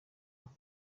uko